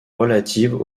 relatives